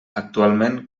actualment